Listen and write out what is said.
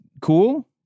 cool